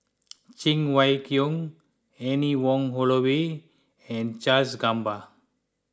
Cheng Wai Keung Anne Wong Holloway and Charles Gamba